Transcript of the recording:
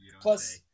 plus